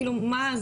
כאילו מה,